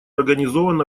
организован